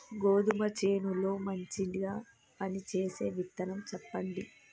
గోధుమ చేను లో మంచిగా పనిచేసే విత్తనం చెప్పండి?